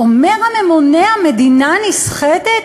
המדינה נסחטת,